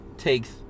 Takes